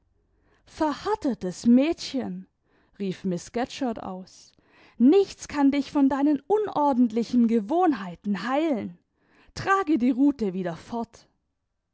verhärtetes mädchen rief miß scatcherd aus nichts kann dich von deinen unordentlichen gewohnheiten heilen trage die rute wieder fort